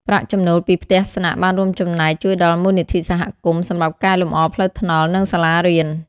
ប្រាក់ចំណូលពីផ្ទះស្នាក់បានរួមចំណែកជួយដល់ មូលនិធិសហគមន៍ សម្រាប់កែលម្អផ្លូវថ្នល់ និងសាលារៀន។